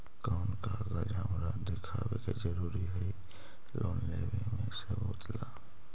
कौन कागज हमरा दिखावे के जरूरी हई लोन लेवे में सबूत ला?